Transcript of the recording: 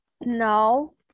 No